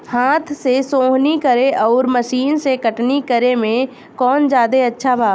हाथ से सोहनी करे आउर मशीन से कटनी करे मे कौन जादे अच्छा बा?